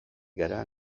gara